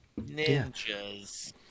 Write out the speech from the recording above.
Ninjas